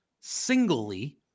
singly